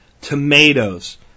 tomatoes